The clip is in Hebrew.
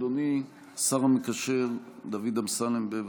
אדוני השר המקשר דוד אמסלם, בבקשה.